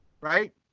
Right